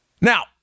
Now